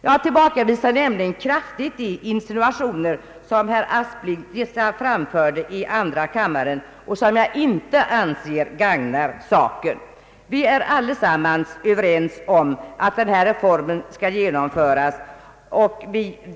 Jag tillbakavisar kraftigt de insinuationer som herr Aspling framförde i andra kammaren och som jag inte anser gagnar saken. Vi är allesammans överens om att denna reform skall genomföras.